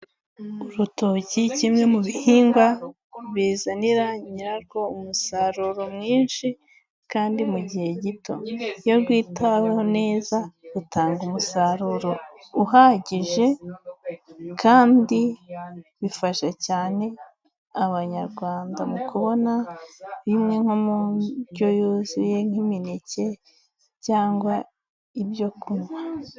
Urutoki kimwe mu bihingwa bizanira nyirarwo umusaruro mwinshi kandi mu gihe gito, iyo rwitaweho neza rutanga umusaruro uhagije kandi bifasha cyane abanyarwanda mu kubona bimwe nko mu ndyo yuzuye nk'imineke cyangwa ibyo kunywa.